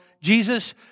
Jesus